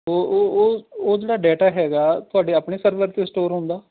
ਉਹ ਉਹ ਉਹ ਉਹ ਜਿਹੜਾ ਡਾਟਾ ਹੈਗਾ ਤੁਹਾਡੇ ਆਪਣੇ ਸਰਵਰ 'ਤੇ ਸਟੋਰ ਹੁੰਦਾ